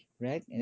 right